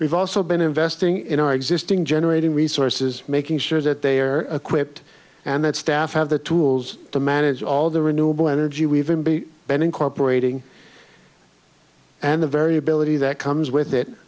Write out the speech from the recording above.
we've also been investing in our existing generating resources making sure that they are equipped and that staff have the tools to manage all the renewable energy we even be ben incorporating and the variability that comes with it